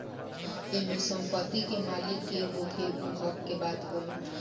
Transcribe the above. एमे संपत्ति के मालिक के होखे उ हक के बात होला